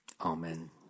amen